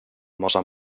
można